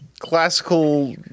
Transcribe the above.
Classical